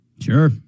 Sure